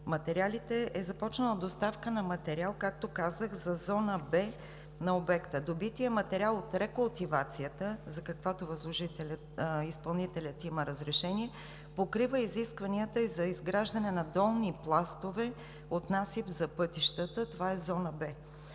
материалите е започнала доставка на материал, както казах, за зона „Б“ на обекта. Добитият материал от рекултивацията, за каквато изпълнителят има разрешение, покрива изискванията и за изграждане на долни пластове от насип за пътищата – това е зона „Б“.